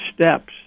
steps